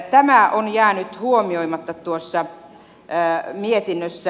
tämä on jäänyt huomioimatta tuossa mietinnössä